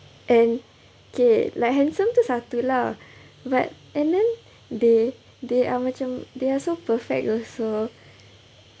and okay like handsome tu satu lah but and then they they are macam they are so perfect also